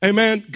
Amen